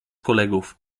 kolegów